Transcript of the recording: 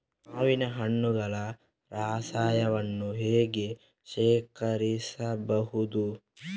ಮಾವಿನ ಹಣ್ಣುಗಳ ರಸವನ್ನು ಹೇಗೆ ಶೇಖರಿಸಬಹುದು?